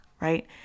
right